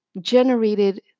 generated